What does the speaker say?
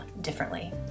differently